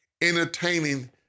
entertaining